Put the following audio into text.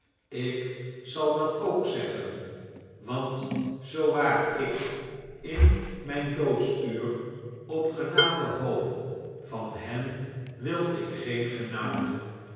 ik zal dat ook zeggen wantzoa waar ik in mijn doodsuur op genade hoop van hen wil ik geen genade